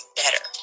better